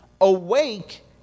Awake